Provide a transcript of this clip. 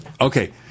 Okay